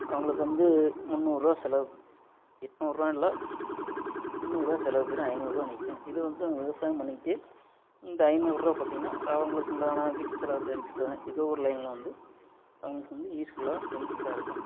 அவங்களுக்கு வந்து முன்னூறுரூவா செலவு எட்நூறுரூவா இல்லை முன்னூறுரூவா செலவு போயிடும் ஐநூறுரூவா நிற்கும் இது வந்து அவங்க விவசாயம் பண்ணிக்கிட்டு இந்த ஐநூறுரூவா பார்த்தீங்கனா அவங்களுக்கு உண்டான வீட்டுச்செலவு எதோ ஒரு லைனில் வந்து அவங்களுக்கு வந்து யூஸ்ஃபுல்லாக பெனிஃபிட்டாக இருக்கும்